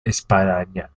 espadaña